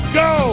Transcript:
go